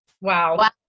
Wow